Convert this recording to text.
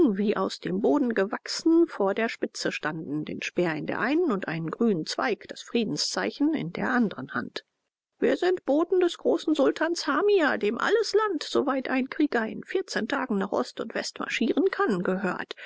wie aus dem boden gewachsen vor der spitze standen den speer in der einen und einen grünen zweig das friedenszeichen in der anderen hand wir sind boten des großen sultans hamia dem alles land soweit ein krieger in vierzehn tagen nach ost und west marschieren kann gehört